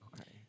Okay